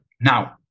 now